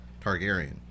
Targaryen